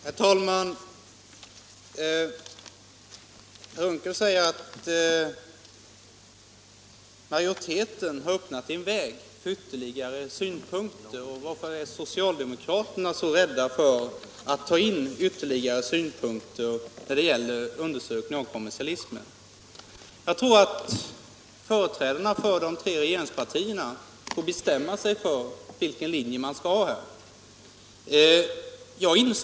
Herr talman! Herr Unckel säger att majoriteten har öppnat en väg för ytterligare synpunkter och frågar varför socialdemokraterna är så rädda för ytterligare synpunkter när det gäller undersökningar av kommersialismen. Jag tycker att företrädarna för de tre regeringspartierna skall bestämma sig för vilken linje de skall följa.